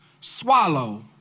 swallow